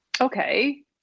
Okay